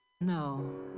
No